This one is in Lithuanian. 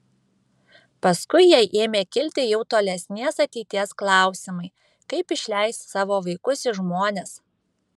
paskui jai ėmė kilti jau tolesnės ateities klausimai kaip išleis savo vaikus į žmones